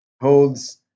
holds